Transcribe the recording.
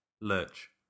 Lurch